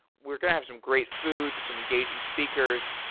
we're going to have some great food, some engaging speakers,